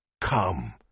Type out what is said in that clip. Come